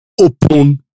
open